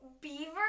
Beaver